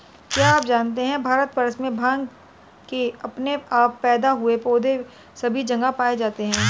क्या आप जानते है भारतवर्ष में भांग के अपने आप पैदा हुए पौधे सभी जगह पाये जाते हैं?